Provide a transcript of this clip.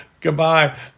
Goodbye